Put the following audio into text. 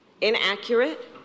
inaccurate